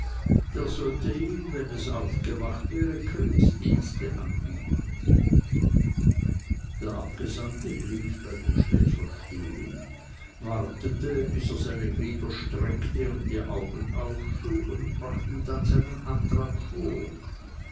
der sollte ihm wenn es aufgewacht wäre kriegsdienste anbieten der abgesandte blieb bei dem schläfer stehen wartete bis er seine glieder streckte und die augen aufschlug und brachte dann seinen antrag vor